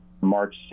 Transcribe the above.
March